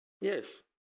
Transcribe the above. yes